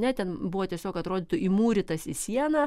ne ten buvo tiesiog atrodytų įmūrytas į sieną